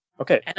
Okay